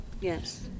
Yes